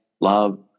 love